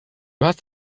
hast